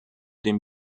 den